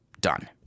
done